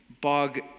bog